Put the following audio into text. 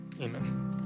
Amen